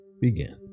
begin